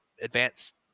advanced